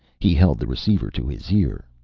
he held the receiver to his ear.